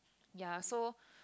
ya so